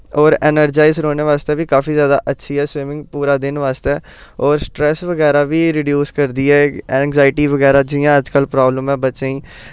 होर ऐनर्जाइस रौह्ने बास्तै बी काफी जादा अच्छी ऐ स्विमिंग पूरा दिन बास्तै होर स्ट्रैस्स बगैरा बी रडीऊज करदी ऐ इंग्जाईटी बगैरा जियां अज्जकल प्राब्लम ऐ बच्चें ई